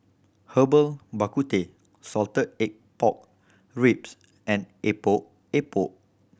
Herbal Bak Ku Teh salted egg pork ribs and Epok Epok